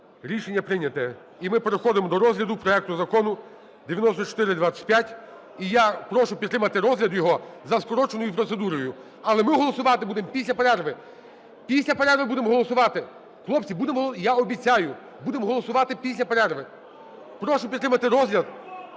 Рішення прийнято. І ми переходимо до розгляду проекту Закону 9425. І я прошу підтримати розгляд його за скороченою процедурою. Але ми голосувати будемо після перерви. Після перерви будемо голосувати! Хлопці, будемо… я обіцяю! Будемо голосувати після перерви. Прошу підтримати розгляд